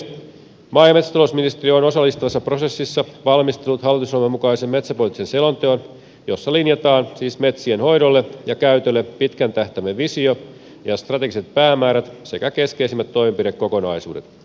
maa ja metsätalousministeriö on osallistavassa prosessissa valmistellut hallitusohjelman mukaisen metsäpoliittisen selonteon jossa linjataan siis metsien hoidolle ja käytölle pitkän tähtäimen visio ja strategiset päämäärät sekä keskeisimmät toimenpidekokonaisuudet